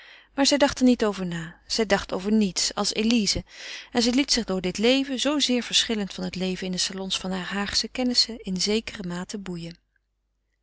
maar zij dacht er niet over na zij dacht over niets als elize en zij liet zich door dit leven zoo zeer verschillend van het leven in de salons heurer haagsche kennissen in zekere mate boeien